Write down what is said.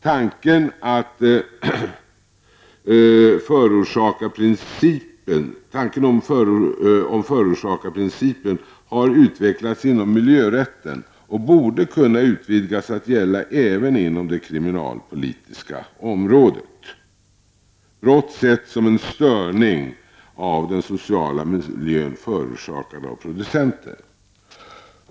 Tanken om förorsakarprincipen har utvecklats inom milj ten och borde kunna utvidgas till att gälla även inom det kriminalpolitiska området, dvs. att man ser brott som en störning av den sociala miljön, förorsakad av producenten.